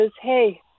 hey